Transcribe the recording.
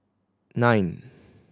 nine